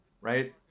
right